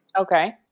Okay